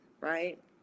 right